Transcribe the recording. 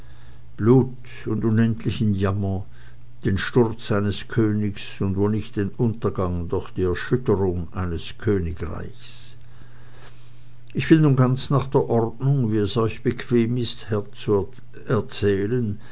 blut und unendlichen jammer den sturz eines königs und wo nicht den untergang doch die erschütterung eines königreiches ich will nun ganz nach der ordnung wie es euch bequem ist herr erzählen